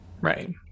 right